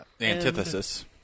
Antithesis